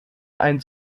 ein